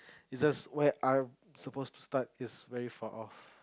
it's just where I suppose to start this very far of